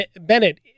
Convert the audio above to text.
Bennett